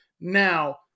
now